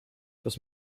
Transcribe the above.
kas